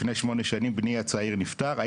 לפני שמונה שנים בני הצעיר נפטר,